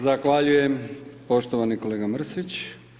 Zahvaljujem je poštovani kolega Mrsić.